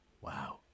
Wow